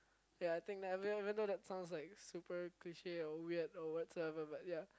ya I think everyone even though that sounds like super cliche or weird or whatsoever but ya